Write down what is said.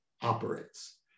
operates